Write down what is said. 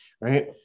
right